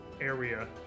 area